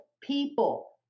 people